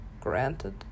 granted